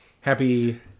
happy